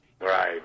Right